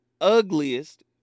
ugliest